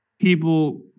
people